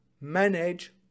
manage